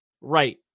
right